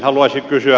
haluaisin kysyä